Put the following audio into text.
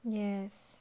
yes